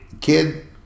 kid